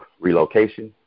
relocation